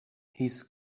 his